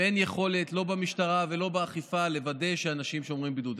שאין יכולת לא במשטרה ולא באכיפה לוודא שאנשים שומרים בידוד.